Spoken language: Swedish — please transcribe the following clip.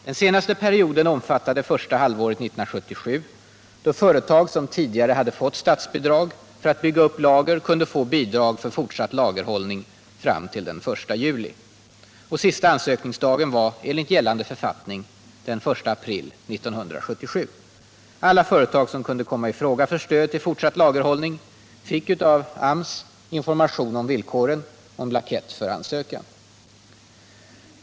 Den senaste perioden omfattade första halvåret 1977, då företag som tidigare hade fått statsbidrag för att bygga upp lager kunde få bidrag för fortsatt lagerhållning fram till den 1 juli. Sista ansökningsdagen var enligt gällande författning den 1 april 1977. Alla företag som kunde komma i fråga för stöd till fortsatt lagerhållning fick av AMS information om villkoren och en blankett för ansökan.